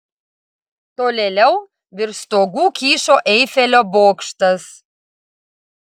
tolėliau virš stogų kyšo eifelio bokštas